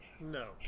No